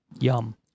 Yum